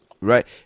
Right